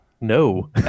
No